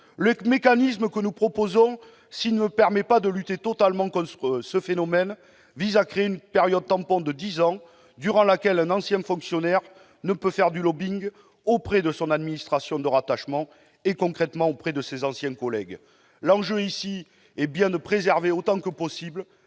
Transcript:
Le mécanisme que nous proposons, s'il ne permet pas de lutter totalement contre ce phénomène, vise à créer une période tampon de dix ans durant laquelle un ancien fonctionnaire ne peut faire du lobbying auprès de son administration de rattachement, c'est-à-dire concrètement auprès de ses anciens collègues. L'enjeu est bien de préserver autant que possible